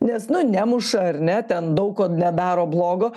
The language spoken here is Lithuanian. nes nu nemuša ar ne ten daug ko nedaro blogo